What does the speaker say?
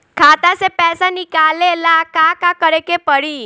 खाता से पैसा निकाले ला का का करे के पड़ी?